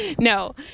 No